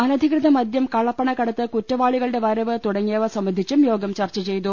അനധികൃത മദ്യം കള്ളപ്പണ കടത്ത് കുറ്റവാളികളുടെ വരവ് തുടങ്ങിയവ സംബന്ധിച്ചും യോഗം ചർച്ച ചെയ്തു